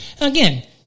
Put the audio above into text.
Again